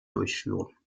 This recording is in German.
durchführen